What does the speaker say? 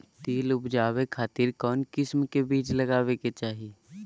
तिल उबजाबे खातिर कौन किस्म के बीज लगावे के चाही?